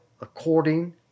according